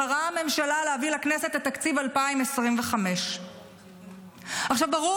בחרה הממשלה להביא לכנסת את תקציב 2025. ברור